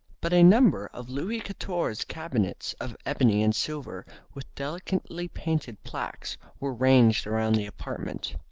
but a number of louis quatorze cabinets of ebony and silver with delicately-painted plaques were ranged round the apartment.